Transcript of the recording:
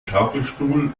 schaukelstuhl